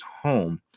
home